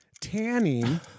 Tanning